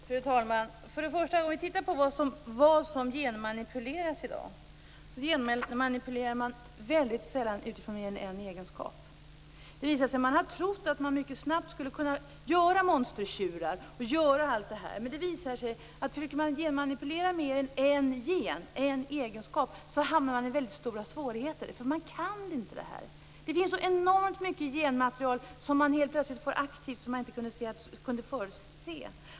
Fru talman! Om vi tittar på vad som genmanipuleras i dag ser vi att detta väldigt sällan sker utifrån en egenskap. Man har trott att man mycket snabbt skulle kunna göra monstertjurar etc., men det har visat sig att om man försöker genmanipulera mer än en gen och en egenskap hamnar man i väldigt stora svårigheter. Man kan inte göra det. Det finns enormt mycket genmaterial som plötsligt blir aktivt och som man inte har kunnat förutse.